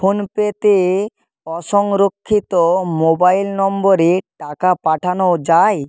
phone pay তে অসংরক্ষিত mobile নম্বরে টাকা পাঠানো যায়